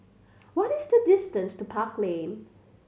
what is the distance to Park Lane